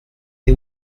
the